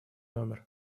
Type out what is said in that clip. номер